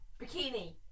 bikini